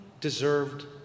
deserved